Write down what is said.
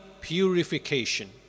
purification